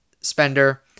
spender